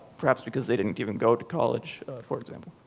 perhaps because they didn't even go to college, for example.